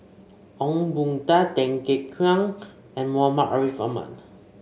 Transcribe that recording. Ong Boon Tat Tan Kek Hiang and Muhammad Ariff Ahmad